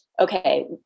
okay